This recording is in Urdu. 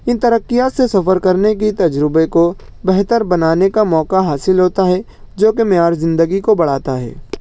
ان ترقیات سے سفر کرنے کی تجربے کو بہتر بنانے کا موقع حاصل ہوتا ہے جوکہ معیار زندگی کو بڑھاتا ہے